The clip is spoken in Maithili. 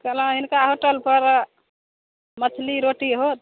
कहलहुॅं हिनका होटल पर मछली रोटी होत